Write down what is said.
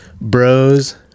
bros